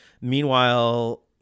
Meanwhile